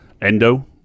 Endo